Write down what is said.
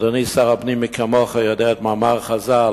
ואדוני שר הפנים, מי כמוך יודע את מאמר חז"ל: